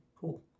cool